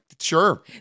sure